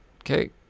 Okay